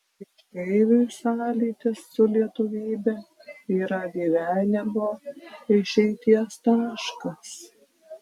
išeiviui sąlytis su lietuvybe yra gyvenimo išeities taškas